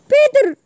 Peter